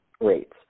rates